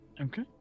Okay